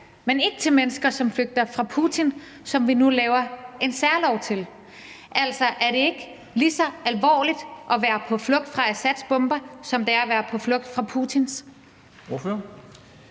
men ikke til mennesker, som flygter fra Putin, og som vi nu laver en særlov til. Altså, er det ikke lige så alvorligt at være på flugt fra Assads bomber, som det er at være på flugt fra Putins?